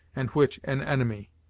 and which an enemy.